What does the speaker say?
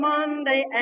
Monday